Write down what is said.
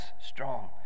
strong